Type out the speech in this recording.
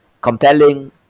compelling